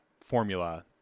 formula